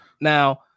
Now